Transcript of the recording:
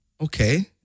okay